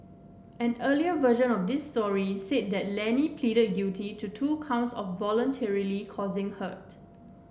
an earlier version of this story said that Lenny pleaded guilty to two counts of voluntarily causing hurt